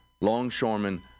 longshoremen